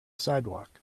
sidewalk